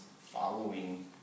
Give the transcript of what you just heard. following